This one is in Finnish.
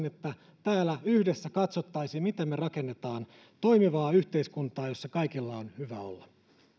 että täällä yhdessä katsottaisiin miten me rakennamme toimivaa yhteiskuntaa jossa kaikilla on hyvä olla